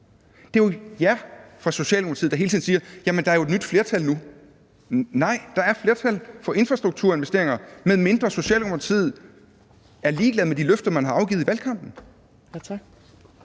Det er jo jer fra Socialdemokratiet, der hele tiden siger: Jamen der er jo et nyt flertal nu. Nej, der er et flertal for infrastrukturinvesteringer, medmindre man i Socialdemokratiet er ligeglade med de løfter, man har afgivet i valgkampen